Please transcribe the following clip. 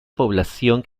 población